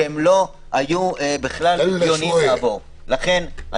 שבכלל לא היה הגיוני לעבור אותן.